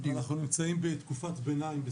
אנחנו נמצאים בתקופת ביניים.